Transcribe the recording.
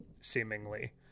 seemingly